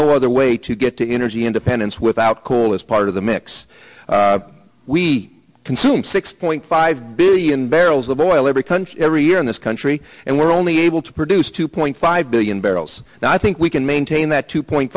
no other way to get to energy independence without coal is part of the mix we consume six point five billion barrels of oil every country every year in this country and we're only able to produce two point five billion barrels i think we can maintain that two point